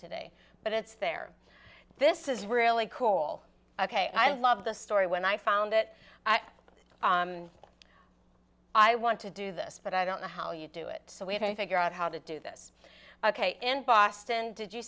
today but it's there this is really cool ok i love the story when i found it i want to do this but i don't know how you do it so we have to figure out how to do this ok in boston did you